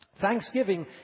Thanksgiving